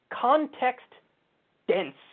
context-dense